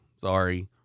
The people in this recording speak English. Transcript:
sorry